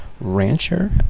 rancher